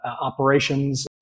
operations